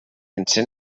encén